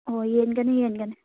ꯑꯣ ꯌꯦꯟꯒꯅꯤ ꯌꯦꯟꯒꯅꯤ